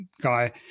guy